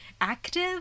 active